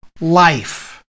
life